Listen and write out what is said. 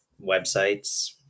websites